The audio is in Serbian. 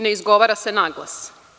Ne izgovara se naglas.